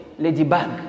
Ladybug